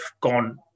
gone